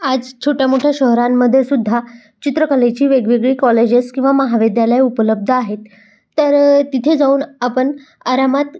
आज छोट्या मोठ्या शहरांमध्येसुद्धा चित्रकलेची वेगवेगळी कॉलेजेस किंवा महाविद्यालय उपलब्ध आहेत तर तिथे जाऊन आपण आरामात